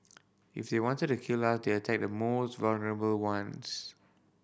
if they wanted to kill us they attack the most vulnerable ones